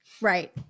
Right